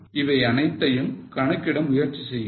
இவை அனைத்தையும் கணக்கிட முயற்சி செய்யுங்கள்